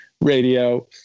radio